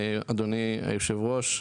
אדוני יושב הראש,